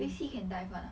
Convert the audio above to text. red sea can dive [one] ah